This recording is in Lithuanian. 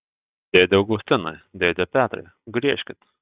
dėde augustinai dėde petrai griežkit